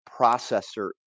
processor